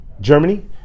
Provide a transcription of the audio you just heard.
Germany